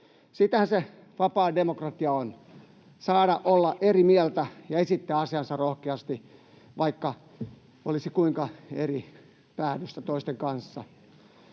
Sitähän se vapaa demokratia on: saada olla eri mieltä ja esittää asiansa rohkeasti, vaikka olisi kuinka eri päädyssä toisten kanssa.